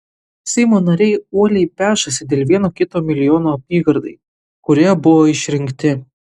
seimo nariai uoliai pešasi dėl vieno kito milijono apygardai kurioje buvo išrinkti